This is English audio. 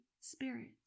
Spirit